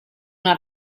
una